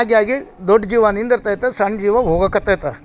ಆಗಿ ಆಗಿ ದೊಡ್ಡ ಜೀವ ನಿಂದಿರ್ತದೆ ಸಣ್ಣ ಜೀವ ಹೋಗೋಕತೈತೆ